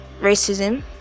racism